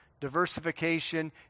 Diversification